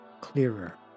clearer